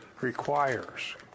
requires